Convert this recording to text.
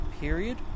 period